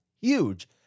huge